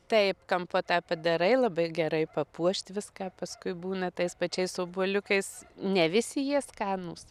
taip kampotą padarai labai gerai papuošt viską paskui būna tais pačiais obuoliukais ne visi jie skanūs